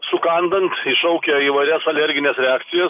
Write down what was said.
sukanda iššaukia įvairias alergines reakcijas